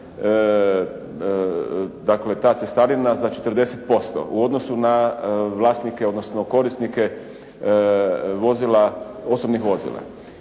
dakle ta cestarina za 40% u odnosu na vlasnike, odnosno korisnike osobnih vozila,